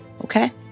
Okay